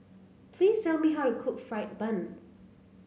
please tell me how to cook fried bun